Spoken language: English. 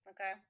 Okay